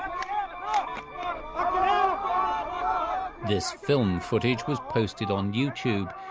um this film footage was posted on youtube.